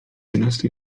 jedenastej